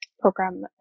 program